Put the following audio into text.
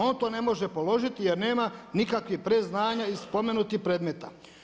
On to ne može položiti jer nema nikakvih predznanja iz spomenutih predmeta.